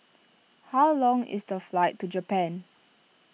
how long is the flight to Japan